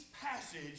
passage